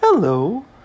Hello